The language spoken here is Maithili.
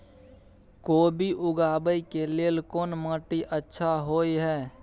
कोबी उगाबै के लेल कोन माटी अच्छा होय है?